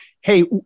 Hey